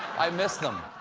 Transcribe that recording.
i miss them.